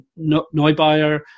Neubauer